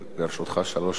לרשותך שלוש דקות.